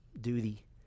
duty